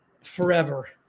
forever